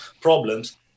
problems